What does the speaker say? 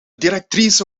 directrice